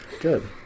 Good